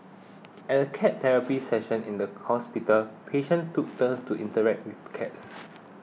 at a cat therapy session in the hospital patients took turns to interact with cats